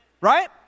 right